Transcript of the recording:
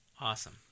Awesome